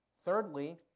Thirdly